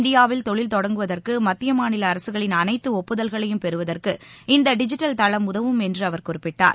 இந்தியாவில் தொழில் தொடங்குவதற்கு மத்திய மாநில அரசுகளின் அனைத்து ஒப்புதல்களையும் பெறுவதற்கு இந்த டிஜிட்டல் தளம் உதவும் என்று அவர் குறிப்பிட்டார்